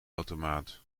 automaat